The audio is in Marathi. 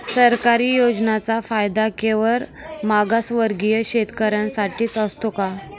सरकारी योजनांचा फायदा केवळ मागासवर्गीय शेतकऱ्यांसाठीच असतो का?